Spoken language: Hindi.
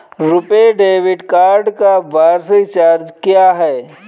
रुपे डेबिट कार्ड का वार्षिक चार्ज क्या है?